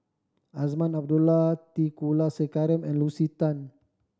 Azman Abdullah T Kulasekaram and Lucy Tan